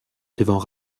devant